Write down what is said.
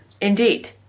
indeed